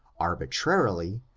arbitrarily,